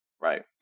right